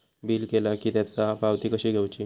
Bill केला की त्याची पावती कशी घेऊची?